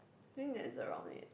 think that's around it